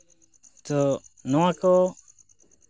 ᱛᱚ ᱱᱚᱣᱟᱠᱚ